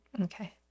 okay